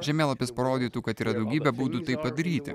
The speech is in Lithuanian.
žemėlapis parodytų kad yra daugybė būdų tai padaryti